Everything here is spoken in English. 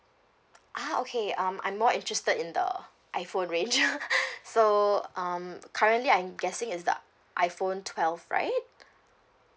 ah okay um I'm more interested in the iphone range so um currently I'm guessing is the iphone twelve right